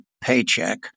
paycheck